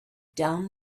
down